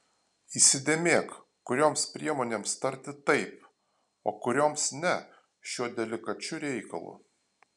įsidėmėk kurioms priemonėms tarti taip o kurioms ne šiuo delikačiu reikalu